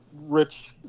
rich